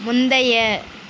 முந்தைய